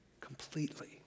completely